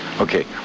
Okay